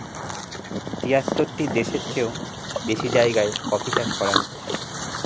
তিয়াত্তরটি দেশের চেও বেশি জায়গায় কফি চাষ করা হচ্ছে